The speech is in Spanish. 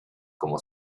como